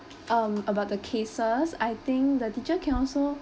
um about the cases I think the teacher can also